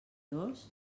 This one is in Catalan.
dos